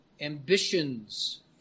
ambitions